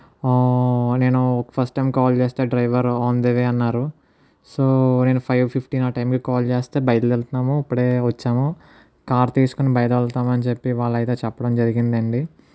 నేను first time call చేస్తే driver ఆన్దివే అన్నారు సో నేను ఫైవ్ ఫిఫ్టీన్ ఆ టైంకి కాల్ చేస్తే బయలుదేల్తున్నాము ఇప్పుడే వచ్చాము కార్ తీసుకొని బయలుదేల్తామని చెప్పి వాలైతే చెప్పడం జరిగిందండి